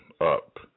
up